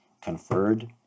conferred